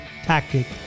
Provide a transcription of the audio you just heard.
tactic